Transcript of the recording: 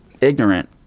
ignorant